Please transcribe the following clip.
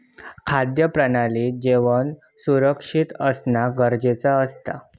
खाद्य प्रणालीत जेवण सुरक्षित असना गरजेचा असता